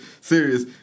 Serious